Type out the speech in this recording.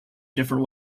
different